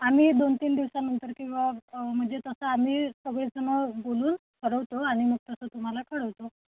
आम्ही दोन तीन दिवसानंतर किंवा म्हणजे तसं आम्ही सगळेजण बोलून ठरवतो आणि मग तसं तुम्हाला कळवतो